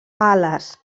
ales